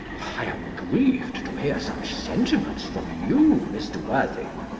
i am grieved to hear such sentiments from you, mr. worthing.